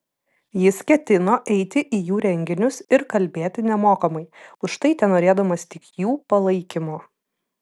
jis ketino eiti į jų renginius ir kalbėti nemokamai už tai tenorėdamas tik jų palaikymo